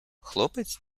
хлопець